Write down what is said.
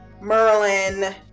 Merlin